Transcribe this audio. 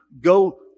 go